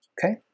Okay